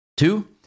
Two